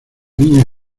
niña